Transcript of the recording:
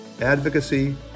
advocacy